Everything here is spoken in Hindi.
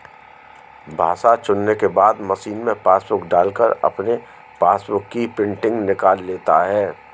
भाषा चुनने के बाद मशीन में पासबुक डालकर अपने पासबुक की प्रिंटिंग निकाल लेता है